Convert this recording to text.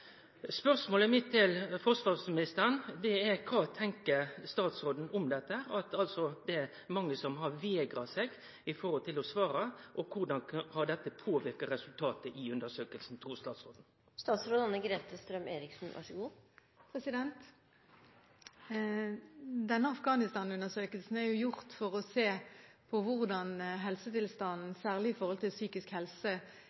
Spørsmålet mitt til forsvarsministeren er: Kva tenkjer statsråden om at det er mange som har vegra seg mot å svare? Korleis trur statsråden dette har påverka resultata i undersøkinga? Den Afghanistan-undersøkelsen er jo gjort for å se på